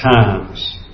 times